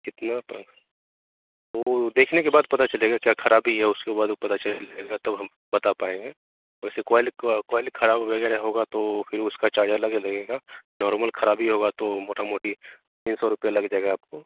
कितना तो वो देखने के बाद पता चलेगा क्या खराबी है उसके बाद वो पता चलेगा तब हम बता पायेंगे वैसे क्वालिटी क्वालिटी खराब होयेगा या होगा तो फिर उसका चार्ज अलग लगेगा नोरमल खराबी होगा तो मोटा मोटी तीन सौ रुपया लग जायेगा आपको